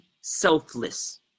selfless